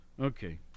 Okay